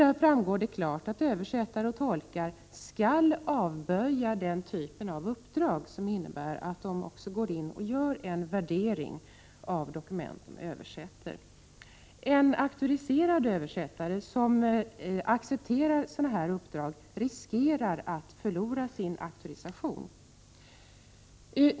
Där framgår klart att översättare och tolkar skall avböja den typen av uppdrag som innebär att de går in och gör en värdering av dokument som de översätter. En auktoriserad översättare som accepterar sådana uppdrag riskerar att förlora sin auktorisation.